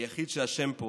היחיד שאשם פה